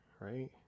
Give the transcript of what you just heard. right